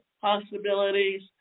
possibilities